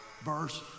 verse